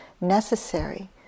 necessary